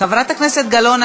חברת הכנסת גלאון,